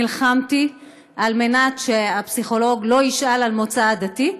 נלחמתי על מנת שהפסיכולוג לא ישאל על מוצא עדתי,